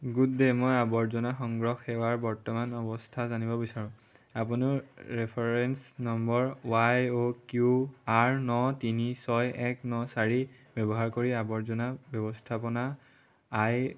good day মই আৱৰ্জনা সংগ্ৰহ সেৱাৰ বৰ্তমানৰ অৱস্থা জানিব বিচাৰোঁ আপুনি reference number Y O Q R ন তিনি ছয় এক ন চাৰি ব্যৱহাৰ কৰি আৱৰ্জনা ব্যৱস্থাপনা আই